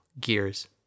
gears